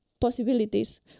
possibilities